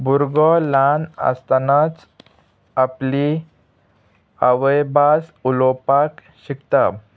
भुरगो ल्हान आसतनाच आपली आवयभास उलोवपाक शिकता